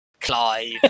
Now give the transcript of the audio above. Clive